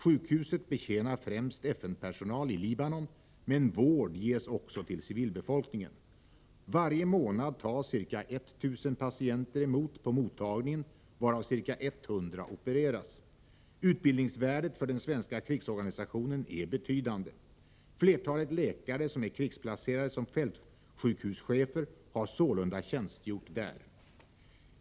Sjukhuset betjänar främst FN-personal i Libanon, men vård ges också till civilbefolk ningen. Varje månad tas ca 1 000 patienter emot på mottagningen, varav ca 100 opereras. Utbildningsvärdet för den svenska krigsorganisationen är betydande. Flertalet läkare som är krigsplacerade som fältsjukhuschefer har sålunda tjänstgjort där.